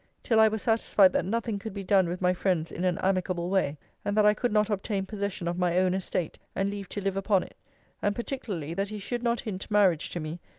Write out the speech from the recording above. till i were satisfied that nothing could be done with my friends in an amicable way and that i could not obtain possession of my own estate, and leave to live upon it and particularly, that he should not hint marriage to me,